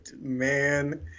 Man